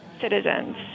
citizens